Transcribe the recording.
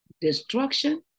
destruction